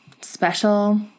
special